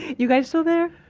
you guys still there?